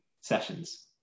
sessions